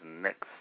next